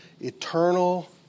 eternal